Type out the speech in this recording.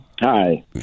Hi